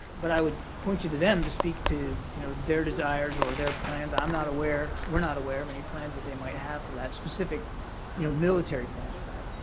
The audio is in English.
but i would point you to them to speak to you know their desires or their plans. i'm not aware we're not aware of any plans that they might have for that specific you know military plans for that.